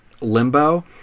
Limbo